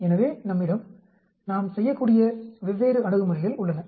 எனவே நம்மிடம் நாம் செய்யக்கூடிய வெவ்வேறு அணுகுமுறைகள் உள்ளன